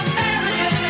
American